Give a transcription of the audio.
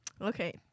Okay